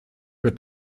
wird